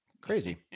Crazy